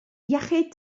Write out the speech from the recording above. iechyd